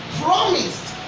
promised